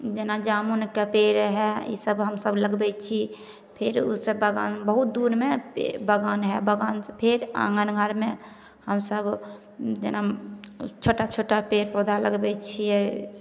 जेना जामुनके पेड़ हइ ई सभ हमसभ लगबै छी फेर ओ सभ बगान बहुत दूरमे पे बगान हइ बगान सँ फेर आँगन घरमे हमसभ जेना छोटा छोटा पेड़ पौधा लगबै छियै